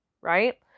right